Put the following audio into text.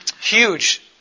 Huge